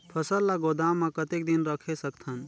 फसल ला गोदाम मां कतेक दिन रखे सकथन?